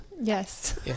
Yes